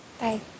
Bye